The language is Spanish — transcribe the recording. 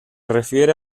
refiere